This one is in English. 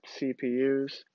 CPUs